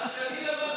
מתי תלמד?